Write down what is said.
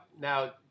now